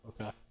Okay